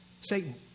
Satan